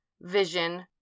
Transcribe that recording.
vision